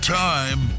time